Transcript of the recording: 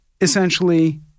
essentially